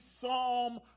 psalm